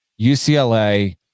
UCLA